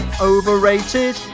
Overrated